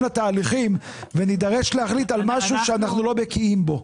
לתהליכים ונידרש להחליט על משהו שאנחנו לא בקיאים בו.